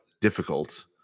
difficult